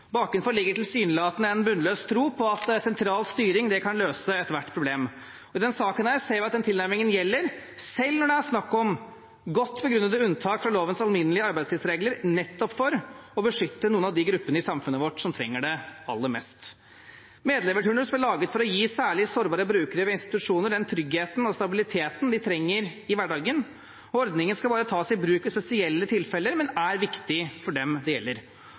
Bakenfor ligger tilsynelatende en bunnløs tro på at sentral styring kan løse ethvert problem. I denne saken ser vi at denne tilnærmingen gjelder selv når det er snakk om godt begrunnede unntak fra lovens alminnelige arbeidstidsregler nettopp for å beskytte noen av de gruppene i samfunnet vårt som trenger det aller mest. Medleverturnus ble laget for å gi særlig sårbare brukere ved institusjoner den tryggheten og stabiliteten de trenger i hverdagen. Ordningen skal bare tas i bruk i spesielle tilfeller, men er viktig for dem det gjelder.